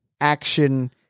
action